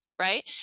Right